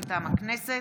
מטעם הכנסת,